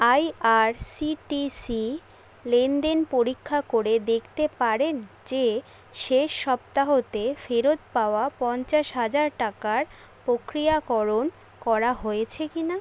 IRCTC লেনদেন পরীক্ষা করে দেখতে পারেন যে শেষ সপ্তাহতে ফেরত পাওয়া পঞ্চাশ হাজার টাকার প্রক্রিয়াকরণ করা হয়েছে কি না